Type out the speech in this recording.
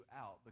out